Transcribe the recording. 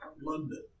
London